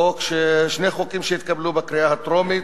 שני חוקים שהתקבלו בקריאה טרומית,